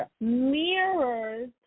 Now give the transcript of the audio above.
mirrors